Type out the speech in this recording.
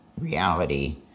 reality